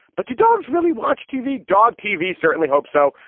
but two dogs really watch tv. dog tv. certainly hope so.